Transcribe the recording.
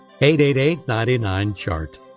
888-99-CHART